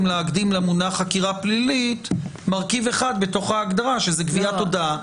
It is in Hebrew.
להקדים למונח חקירה פלילית מרכיב אחד בתוך ההגדרה שהוא גביית הודעה.